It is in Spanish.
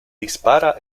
dispara